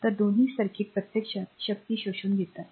तर दोन्ही सर्किट प्रत्यक्षात शक्ती शोषून घेतात